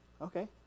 Okay